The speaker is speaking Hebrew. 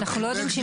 אנחנו לא יודעים.